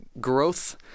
growth